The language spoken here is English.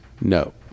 No